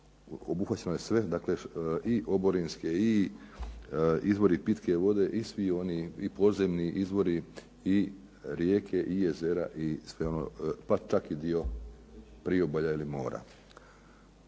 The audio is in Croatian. obuhvaćeno je sve i oborinske i izvori pitke vode i svi oni i podzemni izvori i rijeke i jezera pa čak i dio priobalja ili mora.